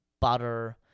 butter